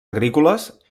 agrícoles